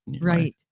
right